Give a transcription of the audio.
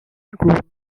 group